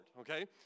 okay